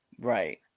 Right